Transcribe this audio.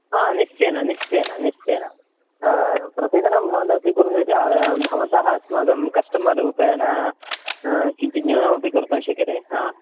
आं निश्चयेन निश्चयेन निश्चयेन प्रतिदिनं भवन्तः स्वीकुर्वन्ति चेत् भवन्तः अस्माकं कस्टमर् रूपेण किञ्चित् न्यूनमपि कर्तुं शक्यते हा